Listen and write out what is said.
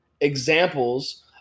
examples